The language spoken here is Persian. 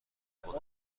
قدرت